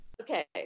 okay